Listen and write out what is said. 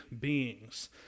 beings